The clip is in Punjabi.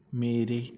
ਮੇਰੇ